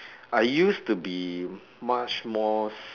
I used to be much more